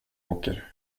åker